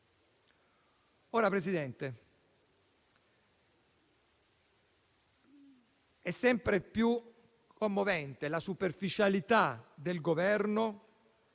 Presidente, è sempre più commovente la superficialità del Governo.